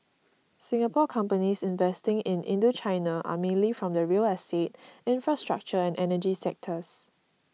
Singapore companies investing in Indochina are mainly from the real estate infrastructure and energy sectors